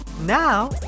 Now